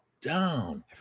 down